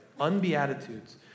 Unbeatitudes